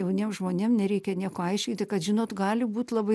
jauniem žmonėm nereikia nieko aiškinti kad žinot gali būt labai